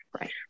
Right